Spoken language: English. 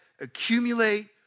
accumulate